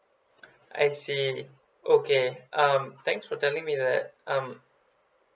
I see okay um thanks for telling me that um